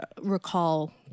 recall